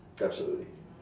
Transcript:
absolutely